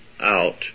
out